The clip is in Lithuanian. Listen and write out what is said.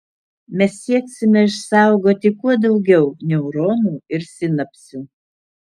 mes sieksime išsaugoti kuo daugiau neuronų ir sinapsių